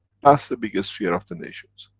that's the biggest fear of the nations.